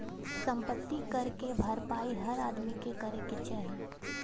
सम्पति कर के भरपाई हर आदमी के करे क चाही